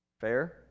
Fair